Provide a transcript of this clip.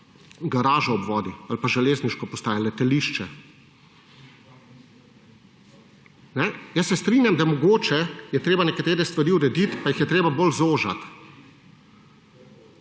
garažo ob vodi ali pa železniško postajo, letališče. Jaz se strinjam, da je mogoče treba nekatere stvari urediti pa jih je treba bolj zožiti.